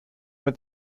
mit